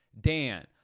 Dan